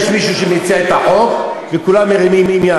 יש מישהו שמציע את החוק וכולם מרימים יד.